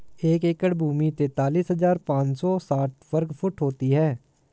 एक एकड़ भूमि तैंतालीस हज़ार पांच सौ साठ वर्ग फुट होती है